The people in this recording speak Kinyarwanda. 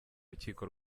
rukiko